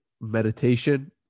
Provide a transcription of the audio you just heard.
meditation